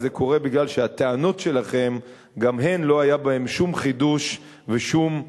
זה קורה כי הטענות שלכם גם הן לא היה בהן שום חידוש ושום גיוון,